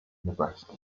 nebraska